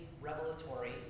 revelatory